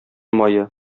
мае